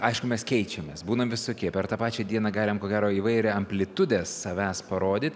aišku mes keičiamės būnam visokie per tą pačią dieną galim ko gero įvairią amplitudę savęs parodyt